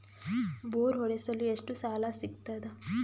Bore ಹೊಡೆಸಲು ಎಷ್ಟು ಸಾಲ ಸಿಗತದ?